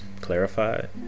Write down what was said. clarified